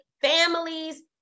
Families